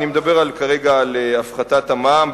אני מדבר על הפחחת המע"מ,